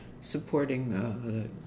supporting